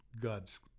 God's